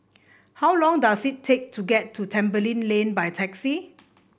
how long does it take to get to Tembeling Lane by taxi